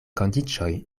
kondiĉoj